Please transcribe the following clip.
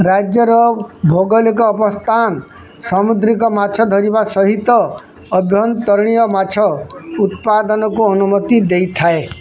ରାଜ୍ୟର ଭୌଗୋଳିକ ଅବସ୍ଥାନ ସାମୁଦ୍ରିକ ମାଛ ଧରିବା ସହିତ ଅଭ୍ୟନ୍ତରୀଣ ମାଛ ଉତ୍ପାଦନକୁ ଅନୁମତି ଦେଇଥାଏ